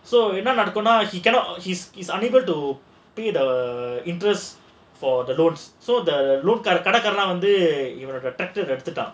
so we cannot he cannot he's is unable to pay the interest for the loans so the கடன்காரன்லாம் வந்து இவங்க:kadankaranlaam vandhu ivanga tracktor ah எடுத்துத்தான்:eduthuthaan